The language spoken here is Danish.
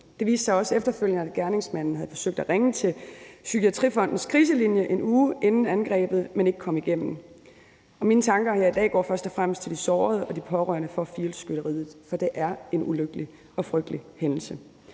Det viste sig også efterfølgende, at gerningsmanden havde forsøgt at ringe til Psykiatrifondens kriselinje en uge inden angrebet, men ikke kom igennem. Mine tanker i dag går først og fremmest til de sårede og de pårørende fra skyderiet i Field's, for det er en ulykkelig og frygtelig hændelse.